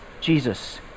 Jesus